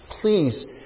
please